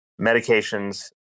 medications